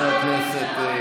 אבל עם כל הכבוד,